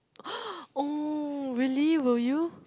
oh really will you